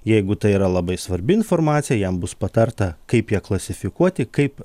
jeigu tai yra labai svarbi informacija jam bus patarta kaip ją klasifikuoti kaip